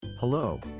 Hello